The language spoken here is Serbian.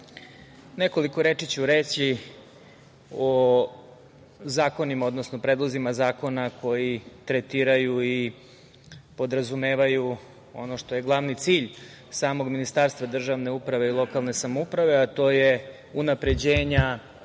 nekoliko reči ću reći o zakonima, odnosno predlozima zakona koji tretiraju i podrazumevaju ono što je glavni cilj samog Ministarstva državne uprave i lokalne samouprave, a to je unapređenje